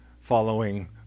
following